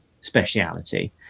speciality